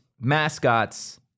mascots